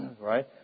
right